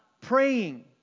praying